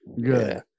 Good